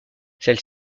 celle